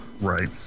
Right